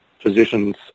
physicians